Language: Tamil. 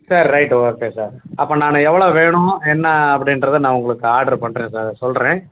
சரி ரைட் ஓகே சார் அப்போ நான் எவ்வளோ வேணும் என்ன அப்படின்றத நான் உங்களுக்கு ஆர்டர் பண்ணுறேன் சார் சொல்கிறேன்